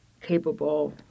capable